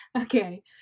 okay